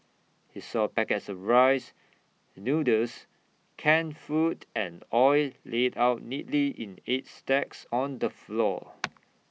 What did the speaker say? he saw packets of rice noodles canned food and oil laid out neatly in eight stacks on the floor